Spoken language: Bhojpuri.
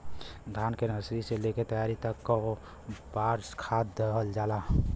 धान के नर्सरी से लेके तैयारी तक कौ बार खाद दहल जाला?